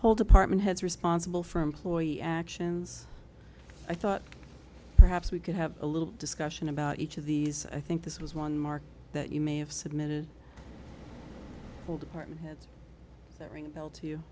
whole department heads responsible for employee actions i thought perhaps we could have a little discussion about each of these i think this was one mark that you may have submitted for department heads that ring a bell to